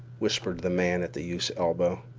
whispered the man at the youth's elbow.